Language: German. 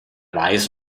weiß